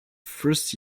first